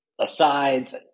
asides